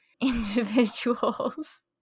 individuals